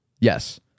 Yes